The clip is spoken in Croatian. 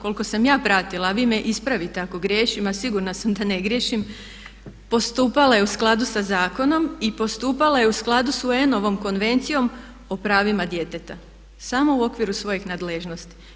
Koliko sam ja pratila a vi me ispravite ako griješim a sigurna sam da ne griješim, postupala je u skladu sa zakonom i postupala je u skladu sa UN-ovom Konvencijom o pravima djeteta samo u okviru svojih nadležnosti.